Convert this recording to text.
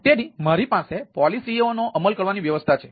તેથી મારી પાસે પોલિસીઓનો અમલ કરવાની વ્યવસ્થા છે